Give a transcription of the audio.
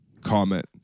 comment